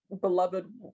beloved